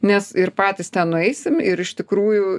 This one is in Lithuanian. nes ir patys ten nueisim ir iš tikrųjų